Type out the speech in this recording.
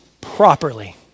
properly